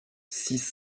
six